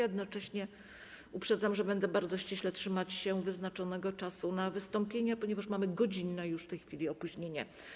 Jednocześnie uprzedzam, że będę bardzo ściśle trzymać się wyznaczonego czasu na wystąpienia, ponieważ mamy godzinne już w tej chwili opóźnienie.